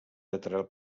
lateral